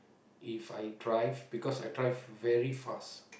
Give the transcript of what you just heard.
if I drive because I drive very fast